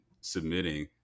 submitting